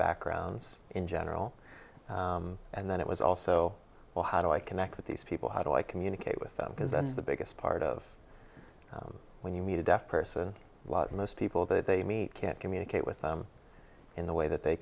backgrounds in general and then it was also well how do i connect with these people how do i communicate with them because the biggest part of when you meet a deaf person most people that they meet can't communicate with them in the way that they